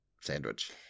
Sandwich